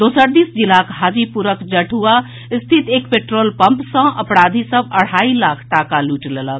दोसर दिस जिलाक हाजीपुरक जढ़ुआ स्थित एक पेट्रोल पम्प सँ अपराधी सभ अढ़ाई लाख टाका लूटि लेलक